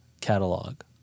catalog